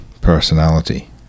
personality